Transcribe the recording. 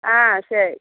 ஆ சரி